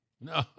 No